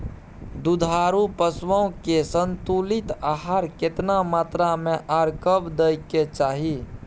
दुधारू पशुओं के संतुलित आहार केतना मात्रा में आर कब दैय के चाही?